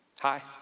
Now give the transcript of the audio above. Hi